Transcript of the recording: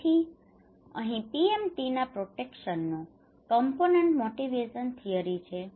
તેથી અહીં PMTના પ્રોટેક્શનનો કમ્પોનન્ટ મોટિવેશન થીયરી છે